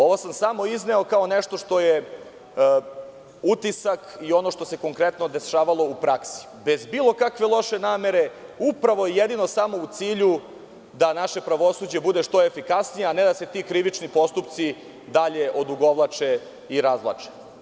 Ovo sam samo izneo kao nešto što je utisak i ono što se konkretno dešavalo u praksi, bez bilo kakve loše namere, upravo i jedino samo u cilju da naše pravosuđe bude što efikasnije, a ne da se ti krivični postupci dalje odugovlače i razvlače.